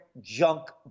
Junk